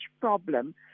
problem